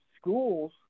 schools